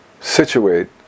situate